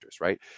right